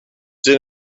den